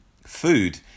food